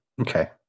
Okay